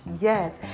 yes